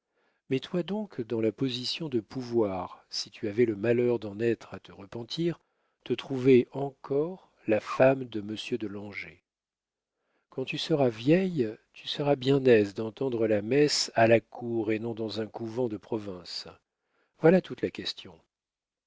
amour mets-toi donc dans la position de pouvoir si tu avais le malheur d'en être à te repentir te trouver encore la femme de monsieur de langeais quand tu seras vieille tu seras bien aise d'entendre la messe à la cour et non dans un couvent de province voilà toute la question